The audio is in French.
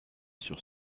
sur